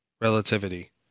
relativity